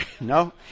No